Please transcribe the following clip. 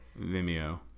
Vimeo